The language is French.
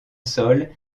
sol